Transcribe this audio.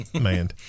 man